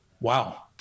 Wow